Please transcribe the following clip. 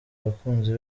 abakunzi